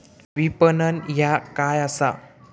विपणन ह्या काय असा?